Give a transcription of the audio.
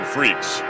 Freaks